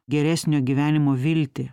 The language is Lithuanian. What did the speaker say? geresnio gyvenimo viltį